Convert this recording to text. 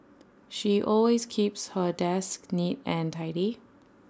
she always keeps her desk neat and tidy